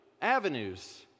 avenues